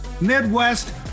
Midwest